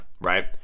right